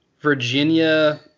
Virginia